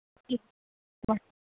ꯎꯝ ꯍꯣꯏ